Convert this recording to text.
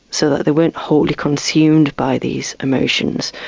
so that they weren't wholly consumed by these emotions.